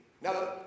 Now